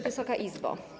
Wysoka Izbo!